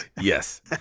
Yes